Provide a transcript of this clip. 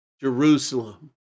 Jerusalem